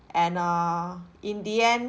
and err in the end